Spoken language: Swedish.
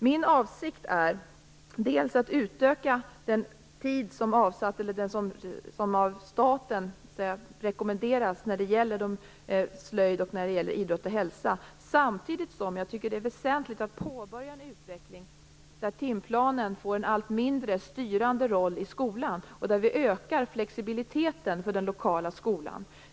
Min avsikt är dels att utöka den tid som av staten rekommenderas när det gäller slöjd samt idrott och hälsa, samtidigt som jag tycker att det är väsentligt att påbörja en utveckling där timplanen får en allt mindre styrande roll i skolan och där vi ökar flexibiliteten för den lokala skolan.